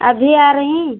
अभी आ रहीं